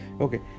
Okay